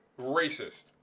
racist